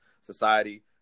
society